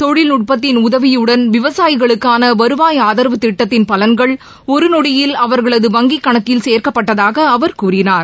தொழில்நுட்பத்தின் உதவிபுடன் விவசாயிகளுக்கான வருவாய் ஆதரவு திட்டத்தின் பலன்கள் ஒரு நொடியில் அவர்களது வங்கிக் கணக்கில் சேர்க்கப்பட்டதாக அவர் கூறினார்